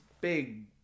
big